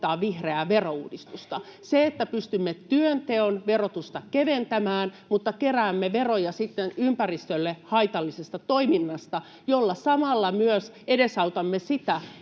vihreää verouudistusta, siten että pystymme työnteon verotusta keventämään mutta keräämme veroja sitten ympäristölle haitallisesta toiminnasta, ja samalla myös edesautamme sitä,